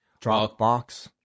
Dropbox